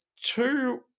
two